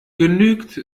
genügt